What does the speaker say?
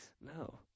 No